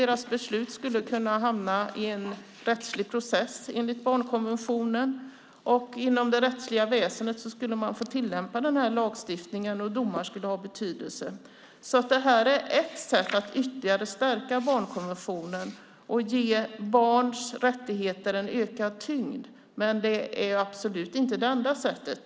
Deras beslut skulle kunna hamna i en rättslig process enligt barnkonventionen. Inom det rättsliga väsendet skulle man få tillämpa den här lagstiftningen och domar skulle ha betydelse. Det här är alltså ett sätt att ytterligare stärka barnkonventionen och ge barns rättigheter en ökad tyngd. Men det är absolut inte det enda sättet.